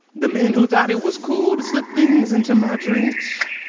the men who thought it was cool to slip things into my drinks.